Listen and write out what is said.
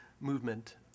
movement